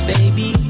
Baby